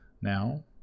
now